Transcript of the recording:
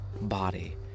body